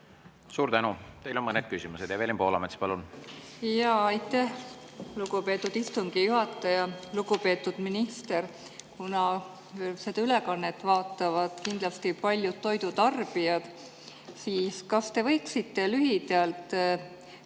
Suur tänu! Teile on mõned küsimused. Evelin Poolamets, palun! Aitäh, lugupeetud istungi juhataja! Lugupeetud minister! Kuna seda ülekannet vaatavad kindlasti paljud toidutarbijad, siis kas te võiksite lühidalt